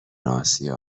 آسیا